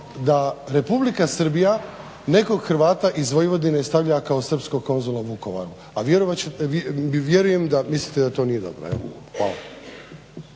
da Republika Srbija nekog Hrvata iz Vojvodine stavlja kao srpskog konzula u Vukovaru, a vjerujem da mislite da to nije dobro. Evo,